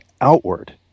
outward